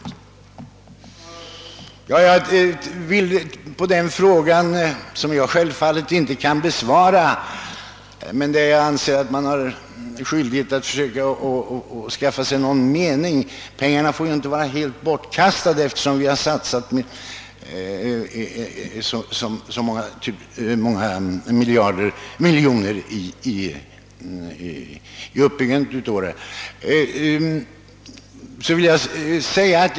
Jag kan självfallet inte uttömmande besvara den frågan, men jag anser att man har skyldighet att försöka bilda sig en uppfattning i frågan. Pengarna får ju inte vara helt bortkastade sedan vi satsat så många miljoner på uppbyggandet.